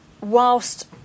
whilst